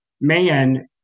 man